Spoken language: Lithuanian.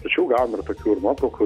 tačiau gavom ir tokių ir nuotraukų